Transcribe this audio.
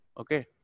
Okay